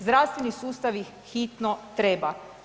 Zdravstveni sustav ih hitno treba.